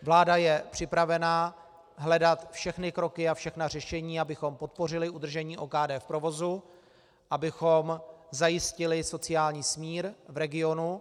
Vláda je připravena hledat všechny kroky a všechna řešení, abychom podpořili udržení OKD v provozu, abychom zajistili sociální smír v regionu.